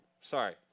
Sorry